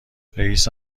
رییس